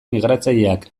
migratzaileak